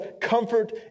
comfort